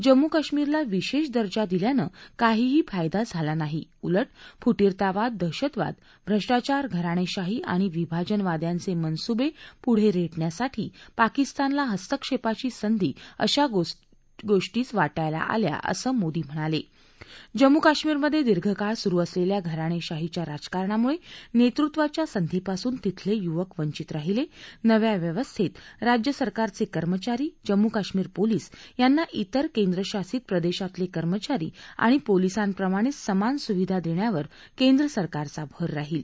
जम्मू कश्मीरला विशध दर्जा दिल्यानं काहीही फायदा झाला नाही उलट फुटीरवाद दहशतवाद भ्रष्टाचार घराणधीही आणि विभाजनवाद्यांचमैनसूबपुढं रष्टयासाठी पाकिस्तानला हस्तक्षप्राची संधी अशा गोष्टीच वाटयाला आल्या असं मोदी म्हणालाज्रम्मू कश्मीरमधात्रीर्घ काळ सुरु असलखा घराणधीहीच्या राजकारणामुळत्रिकृम्वाच्या संधीपासून तिथल ड्रिवक वंचित राहील जेव्या व्यवस्थर्त राज्यसरकारच क्रिमचारी जम्मू कश्मीर पोलिस यांना त्रिर केंद्रशासित प्रदर्श तल कर्मचारी आणि पोलिसांप्रमाणद्व समान सुविधा दखिवर केंद्रसरकारचा भर राहील